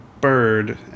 bird